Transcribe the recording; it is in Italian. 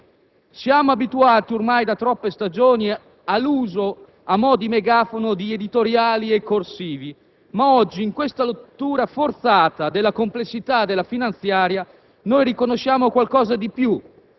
Siamo abituati ormai da troppe stagioni all'uso a mo' di megafono di editoriali e corsivi, ma oggi, in questa lettura forzata della complessità della finanziaria, riconosciamo qualcosa di più,